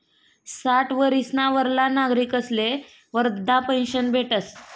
साठ वरीसना वरला नागरिकस्ले वृदधा पेन्शन भेटस